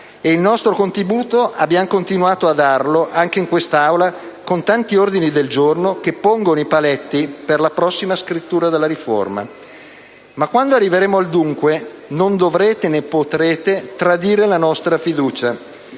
e il nostro contributo abbiamo continuato a darlo anche in quest'Aula con tanti ordini del giorno che pongono paletti per la prossima scrittura della riforma. Ma quando arriveremo al dunque non dovrete, né potrete, tradire la nostra fiducia.